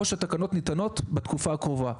או שהן ניתנות בתקופה הקרובה.